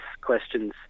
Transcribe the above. questions